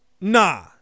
nah